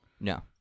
No